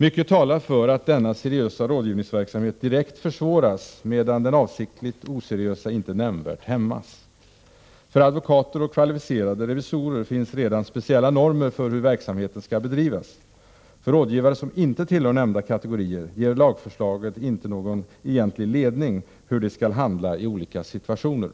Mycket talar för att denna seriösa rådgivningsverksamhet direkt försvåras, medan den avsiktligt oseriösa inte nämnvärt hämmas. För advokater och kvalificerade revisorer finns redan speciella normer för hur verksamheten skall bedrivas. För rådgivare, som inte tillhör nämnda kategorier, ger lagförslaget inte någon egentlig ledning för hur de skall handla i olika situationer.